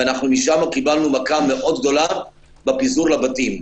ומשם קיבלנו מכה מאוד גדולה בפיזור לבתים.